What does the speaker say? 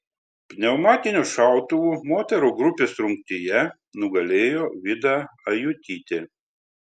pneumatinio šautuvo moterų grupės rungtyje nugalėjo vida ajutytė